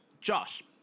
Josh